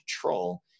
control